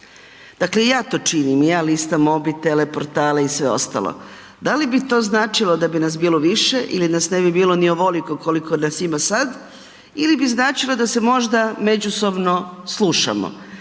Dakle ja to činim, ja listam mobitele, portale i sve ostalo. Da li bi to značilo da bi nas bilo više ili na s ne bi bilo ni ovoliko koliko nas ima sad ili bi značilo da se možda međusobno slušamo